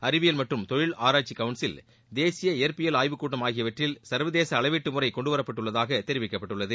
அறிவியல் மற்றும் தொழில் ஆராய்ச்சி கவுன்சில் தேசிய இயற்பியல் ஆய்வுக்கூடம் ஆகியவற்றில் சர்வதேச அளவீட்டு முறை கொண்டுவரப்பட்டுள்ளதாக தெரிவிக்கப்பட்டுள்ளது